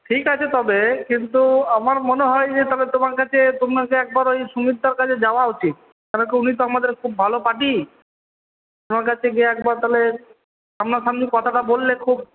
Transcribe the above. ঠিক আছে তবে কিন্তু আমার মনে হয় যে তবে তোমার কাছে তোমাকে একবার ওই সুমিতদার কাছে যাওয়া উচিত কেন কি উনি আমাদের খুব ভালো পার্টি ওনার কাছে গিয়ে একবার তাহলে সামনা সামনি কথাটা বললে খুব